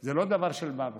זה לא דבר של מה בכך,